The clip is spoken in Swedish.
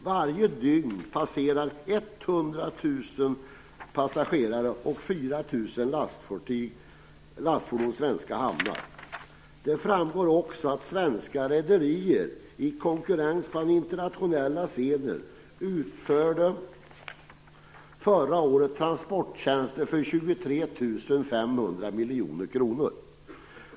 Varje dygn passerar 100 000 Det framgår också att svenska rederier, i konkurrens på den internationella scenen, förra året utförde transporttjänster för 23 500 miljoner kronor.